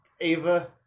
Ava